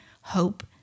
hope